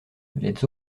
les